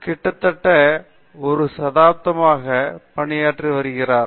கிட்டத்தட்ட ஒரு தசாப்தமாக பணியாற்றி வருகிறார்